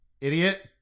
Idiot